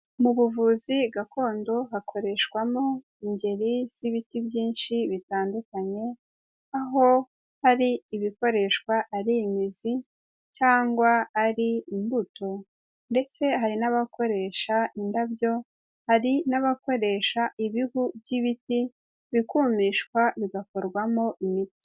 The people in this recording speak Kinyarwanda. Mu buvuzi gakondo hakoreshwamo ingeri z'ibiti byinshi bitandukanye, aho hari ibikoreshwa ari imizi cyangwa ari imbuto ndetse hari n'abakoresha indabyo, hari n'abakoresha ibihu by'ibiti bikumishwa bigakorwamo imiti.